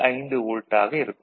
5 volt ஆக இருக்கும்